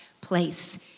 place